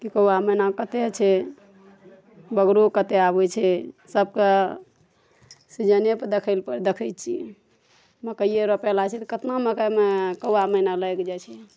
कि कौआ मैना कते छै बगरो कतेक आबै छै सबके सीजने पर देखै लए देखै छी मकइये रोपे लागै छियै तऽ कतना मकइमे कौआ मैना लागि जाइ छै